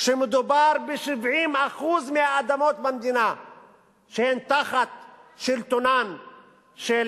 כשמדובר ב-70% מהאדמות במדינה שהן תחת שלטונן של